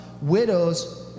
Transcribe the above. widows